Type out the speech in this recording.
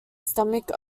stomach